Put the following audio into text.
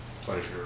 pleasure